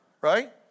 Right